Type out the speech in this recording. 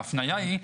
ההפניה היא,